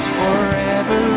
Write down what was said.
forever